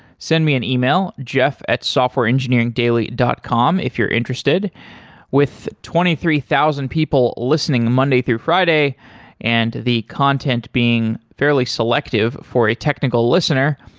send me an e-mail jeff at softwareengineeringdaily dot com if you're interested with twenty three thousand people listening monday through friday and the content being fairly selective for a technical listener,